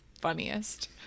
funniest